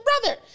brother